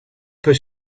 peut